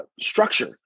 structure